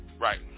Right